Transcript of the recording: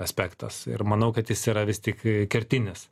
aspektas ir manau kad jis yra vis tik kertinis